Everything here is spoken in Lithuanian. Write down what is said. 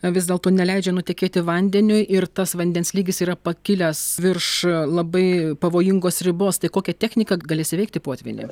vis dėlto neleidžia nutekėti vandeniui ir tas vandens lygis yra pakilęs virš labai pavojingos ribos tai kokia technika galės įveikti potvynį